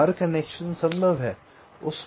तो हर कनेक्शन संभव है